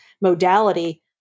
modality